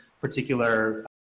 particular